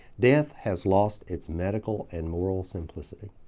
death has lost its medical and moral simplicity.